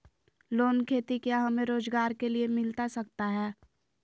Loan खेती क्या हमें रोजगार के लिए मिलता सकता है?